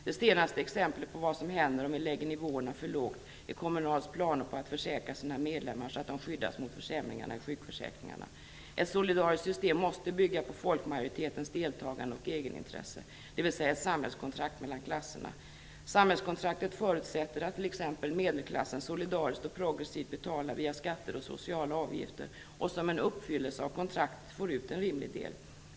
Det senaste exemplet på vad som händer om vi lägger nivåerna för lågt är Kommunals planer på att försäkra sina medlemmar så att de skyddas mot försämringarna i sjukförsäkringarna. Ett solidariskt system måste bygga på folkmajoritetens deltagande och egenintresse, dvs. ett samhällskontrakt mellan klasserna. Samhällskontraktet förutsätter att t.ex. medelklassen solidariskt och progressivt betalar via skatter och sociala avgifter och som en uppfyllelse av kontraktet får ut en rimlig del.